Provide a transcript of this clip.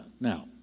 Now